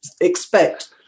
expect